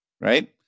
right